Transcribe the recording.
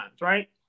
right